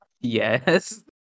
yes